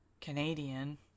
Canadian